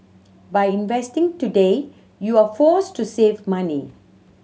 by investing today you're forced to save money